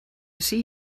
see